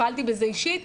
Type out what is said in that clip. טיפלתי בזה אישית,